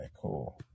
cool